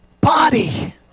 body